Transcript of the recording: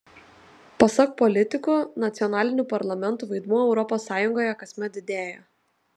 pasak politikų nacionalinių parlamentų vaidmuo europos sąjungoje kasmet didėja